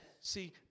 See